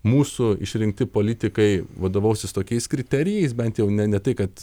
mūsų išrinkti politikai vadovausis tokiais kriterijais bent jau ne ne tai kad